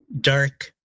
dark